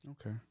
Okay